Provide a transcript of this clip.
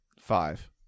Five